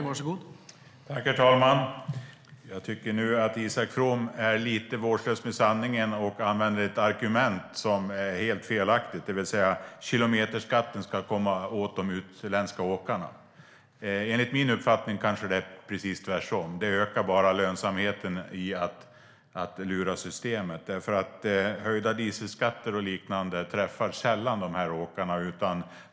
Herr talman! Jag tycker att Isak From är lite vårdslös med sanningen och använder ett argument som är helt felaktigt, att kilometerskatten ska komma åt de utländska åkarna. Enligt min uppfattning är det snarare precis tvärtom. Det ökar bara lönsamheten i att lura systemet. Höjda dieselskatter och liknande träffar sällan de åkarna.